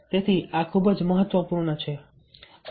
તેથી આ ખૂબ જ મહત્વપૂર્ણ છે